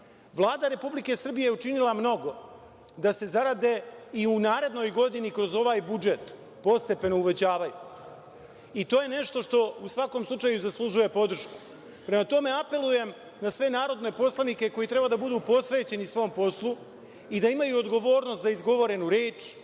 Republike Srbije je učinila mnogo da se zarade i u narednoj godini kroz ovaj budžet postepeno uvećavaju. To je nešto što u svakom slučaju zaslužuje podršku. Prema tome apelujem na sve narodne poslanike koji treba da budu posvećeni svom poslu i da imaju odgovornost za izgovorenu reč,